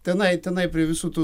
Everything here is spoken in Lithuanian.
tenai tenai prie visų tų